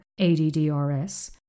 ADDRS